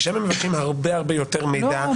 שם הם מבקשים הרבה הרבה יותר מידע,